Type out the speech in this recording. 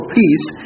peace